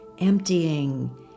emptying